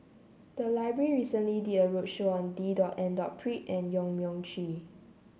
the library recently did a roadshow on D dot and dot Pritt and Yong Mun Chee